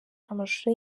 amashusho